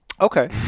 Okay